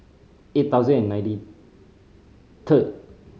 eight thousand and ninety third